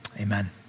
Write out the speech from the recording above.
Amen